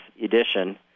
Edition